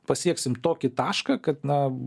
pasieksim tokį tašką kad na